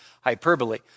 hyperbole